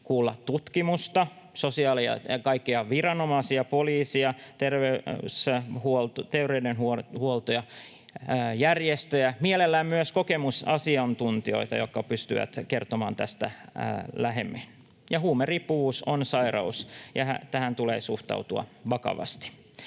kuulla tutkimusta, sosiaali- ja kaikkia muita viranomaisia, poliisia, terveydenhuoltoa, järjestöjä ja mielellään myös kokemusasiantuntijoita, jotka pystyvät kertomaan tästä lähemmin. Huumeriippuvuus on sairaus, ja tähän tulee suhtautua vakavasti.